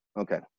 Okay